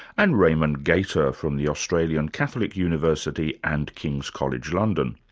and raimond gaita from the australian catholic university and king's college, london.